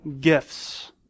gifts